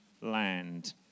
land